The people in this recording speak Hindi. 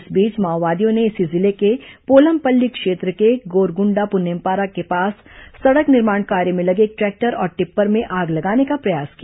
इस बीच माओवादियों ने इसी जिले के पोलमपल्ली क्षेत्र के गोरगुंडा पुनेमपारा के पास सड़क निर्माण कार्य में लगे एक ट्रैक्टर और टिप्पर में आग लगाने का प्रयास किया